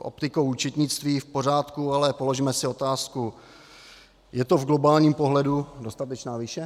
Opět optikou účetnictví v pořádku, ale položme si otázku je to v globálním pohledu dostatečná výše?